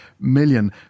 million